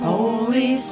Holy